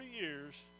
years